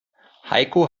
heiko